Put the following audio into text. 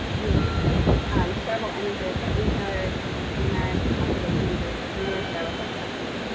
and we create shareable images that retailers and consumers and conservation groups can really share with their friends,